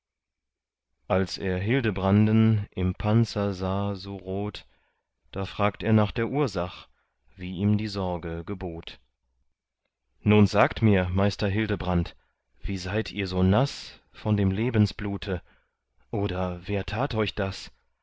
als er hildebranden im panzer sah so rot da fragt er nach der ursach wie ihm die sorge gebot nun sagt mir meister hildebrand wie seid ihr so naß von dem lebensblute oder wer tat euch das